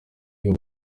ibyo